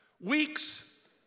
weeks